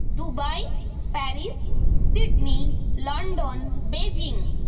Dubai Paris Sydney London Beijing